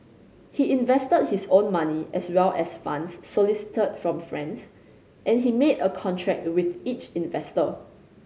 he invested his own money as well as funds solicited from friends and he made a contract with each investor